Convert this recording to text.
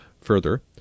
Further